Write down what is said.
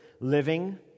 living